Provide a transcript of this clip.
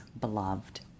beloved